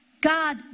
God